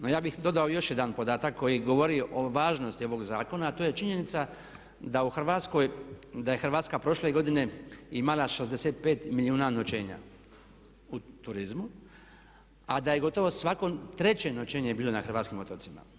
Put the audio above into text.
No ja bih dodao još jedan podatak koji govori o važnosti ovog zakona a to je činjenica da je Hrvatska prošle godine imala 65 milijuna noćenja u turizmu a da je gotovo svako 3. noćenje bilo na hrvatskim otocima.